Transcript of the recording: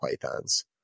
pythons